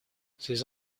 ces